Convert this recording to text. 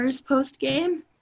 post-game